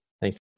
Thanks